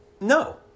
No